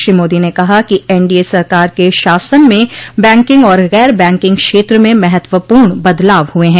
श्री मोदी ने कहा कि एनडीए सरकार के शासन में बैकिंग और गैर बैकिंग क्षेत्र में महत्वपूर्ण बदलाव हुए हैं